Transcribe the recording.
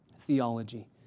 theology